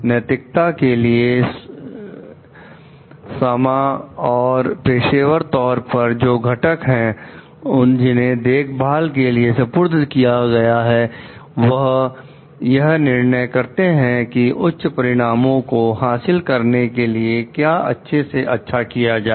नैतिकता के लिए सामा और पेशेवर तौर पर जो घटक हैं जिन्हें देखभाल के लिए सुपुर्द किया गया है वह यह निर्णय करते हैं कि उच्च परिणामों को हासिल करने के लिए क्या अच्छे से अच्छा किया जाए